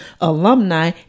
alumni